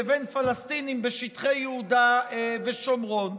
ובין פלסטינים בשטחי יהודה ושומרון.